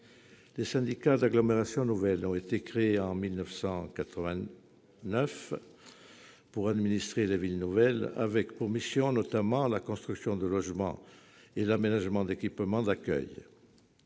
Les syndicats d'agglomération nouvelle ont été créés en 1983 pour administrer les villes nouvelles, avec notamment pour mission de construire des logements et d'aménager des équipements d'accueil.